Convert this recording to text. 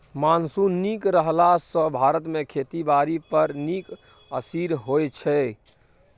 monsoon नीक रहला सँ भारत मे खेती बारी पर नीक असिर होइ छै